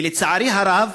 ולצערי הרב,